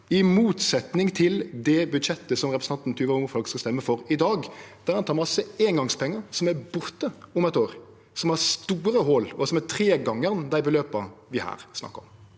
i motsetning til det budsjettet som representanten Tuva Moflag skal stemme for i dag, der ein tek masse eingongspengar som er borte om eit år, som har store hòl, og som er tre gonger dei beløpa vi snakkar om